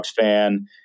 fan